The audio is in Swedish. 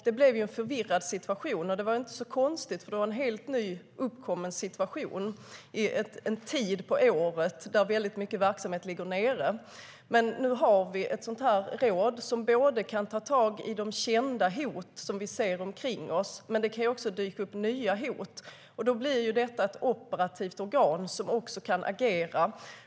Det blev en förvirrad situation. Det var inte så konstigt, för det var en helt ny situation som uppkom under en tid på året då väldigt mycket verksamhet ligger nere. Men nu har vi ett råd som kan ta tag i de kända hot som vi ser omkring oss. Det kan också dyka upp nya hot, och då blir detta ett operativt organ som kan agera.